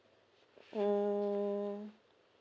mm